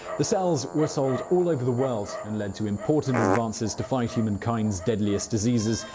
the cells were sold all over the world, and led to important advances to fight humankind's deadliest diseases,